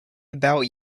about